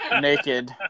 naked